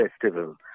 festival